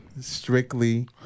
strictly